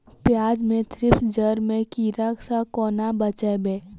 प्याज मे थ्रिप्स जड़ केँ कीड़ा सँ केना बचेबै?